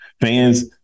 fans